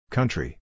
Country